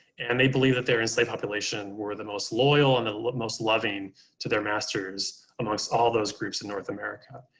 and they believe that their enslaved population were the most loyal and the most loving to their masters amongst all those groups in north america,